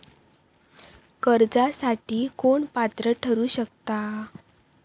कर्जासाठी कोण पात्र ठरु शकता?